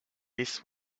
this